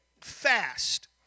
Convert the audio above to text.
fast